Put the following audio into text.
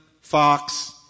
Fox